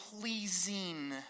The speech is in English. pleasing